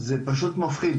זה פשוט מפחיד